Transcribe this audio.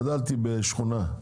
גדלתי בשכונה.